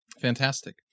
Fantastic